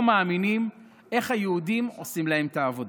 מאמינים איך היהודים עושים להם את העבודה.